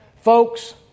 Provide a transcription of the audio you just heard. Folks